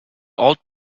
old